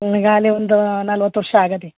ಈಗಾಗ್ಲೆ ಒಂದು ನಲ್ವತ್ತು ವರ್ಷ ಆಗಿದೆ